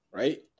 right